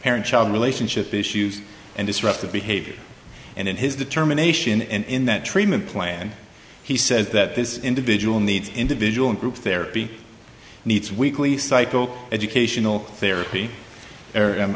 parent child relationship issues and disruptive behavior and in his determination and in that treatment plan he says that this individual needs individual and group therapy needs weekly cycle educational therapy or